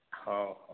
ହଉ ହଉ